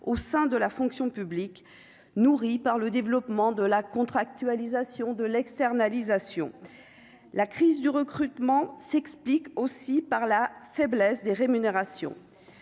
au sein de la fonction publique, nourrie par le développement de la contractualisation de l'externalisation, la crise du recrutement s'explique aussi par la faiblesse des rémunérations,